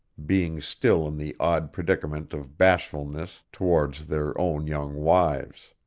being still in the odd predicament of bashfulness towards their own young wives.